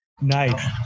Nice